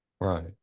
right